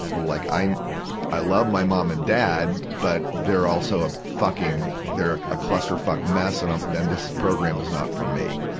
like, i i love my mom and dad, but they're also a fucking, they're a clusterfuck mess, and um this program is not for me.